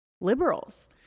liberals